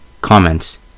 Comments